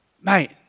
Mate